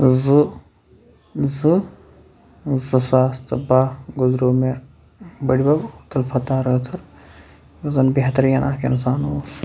زٕ زٕ زٕ ساس تہٕ باہ گُزریو مےٚ بٕڈِ بب تہٕ فتح رٲتھٕر یُس زن بہتریٖن اکھ اِنسان اوس